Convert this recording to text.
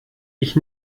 ich